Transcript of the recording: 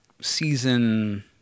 season